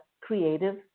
creative